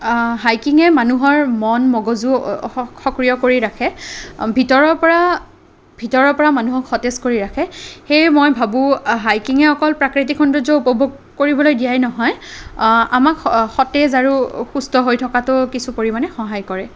হাইকিঙে মানুহৰ মন মগজু সক্ৰিয় কৰি ৰাখে ভিতৰৰ পৰা ভিতৰৰ পৰা মানুহক সতেজ কৰি ৰাখে সেয়ে মই ভাবোঁ হাইকিঙে অকল প্ৰাকৃতিক সৌন্দৰ্য উপভোগ কৰিবলৈ দিয়াই নহয় আমাক স সতেজ আৰু সুস্থ হৈ থকাতো কিছু পৰিমাণে সহায় কৰে